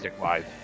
live